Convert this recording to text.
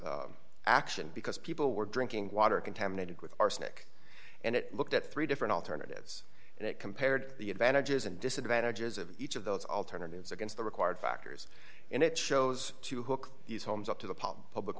this action because people were drinking water contaminated with arsenic and it looked at three different alternatives and it compared the advantages and disadvantages of each of those alternatives against the required factors and it shows to hook these homes up to the public